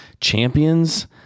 champions